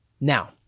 Now